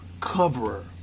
coverer